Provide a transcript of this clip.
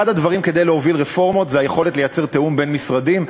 הוא היכולת לייצר תיאום בין משרדים.